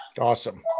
Awesome